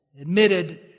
admitted